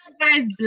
Guys